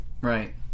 right